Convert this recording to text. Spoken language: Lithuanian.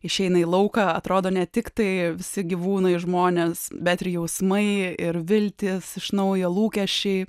išeina į lauką atrodo ne tik tai visi gyvūnai žmonės bet ir jausmai ir viltys iš naujo lūkesčiai